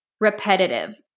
Repetitive